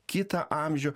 kitą amžių